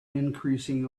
increasing